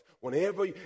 Whenever